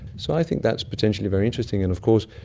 so i think that's potentially very interesting. and of course,